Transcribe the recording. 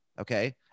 Okay